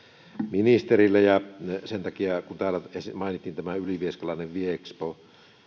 ministerille kun täällä mainittiin tämä ylivieskalainen viexpo